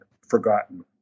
forgotten